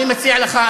אני מציע לך,